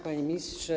Panie Ministrze!